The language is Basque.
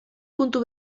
puntu